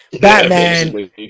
Batman